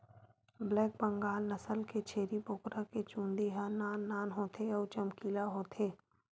black Bengal नसल के छेरी बोकरा के चूंदी ह नान नान होथे अउ चमकीला होथे